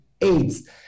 aids